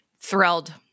Thrilled